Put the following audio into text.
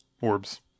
orbs